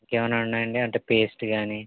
ఇంకా ఏవైనా ఉన్నాయండి అంటే పెస్టు కాని